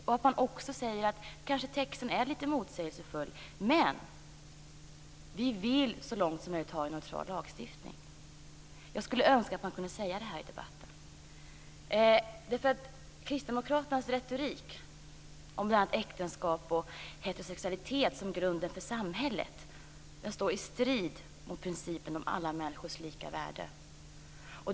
Man skulle också kunna säga att texten kanske är litet motsägelsefull, men att man så långt som möjligt vill ha en neutral lagstiftning. Jag skulle önska att man kunde säga detta i debatten. Kristdemokraternas retorik om bl.a. äktenskap och heterosexualitet som grunden för samhället står i strid med principen om alla människors lika värde.